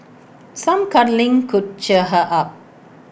some cuddling could cheer her up